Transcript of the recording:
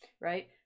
right